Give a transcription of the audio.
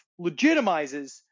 legitimizes